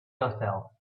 yourself